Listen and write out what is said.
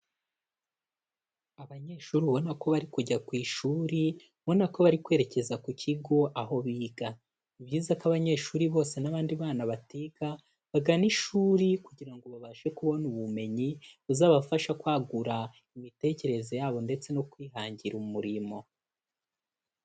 Abanyeshuri ubona ko bari kujya ku ishuri, ubona ko bari kwerekeza ku kigo aho biga. Ni byiza ko abanyeshuri bose n'abandi bana batiga bagana ishuri kugira ngo babashe kubona ubumenyi, buzabafasha kwagura imitekerereze yabo ndetse no kwihangira umurimo.